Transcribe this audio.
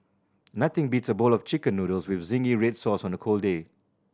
nothing beats a bowl of Chicken Noodles with zingy red sauce on a cold day